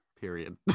period